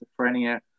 schizophrenia